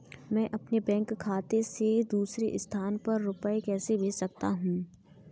मैं अपने बैंक खाते से दूसरे स्थान पर रुपए कैसे भेज सकता हूँ?